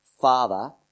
Father